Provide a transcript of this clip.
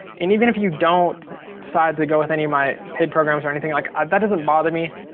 and even if you don't decide to go with any of my paid programs or anything like that doesn't bother me.